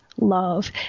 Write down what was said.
love